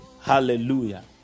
Hallelujah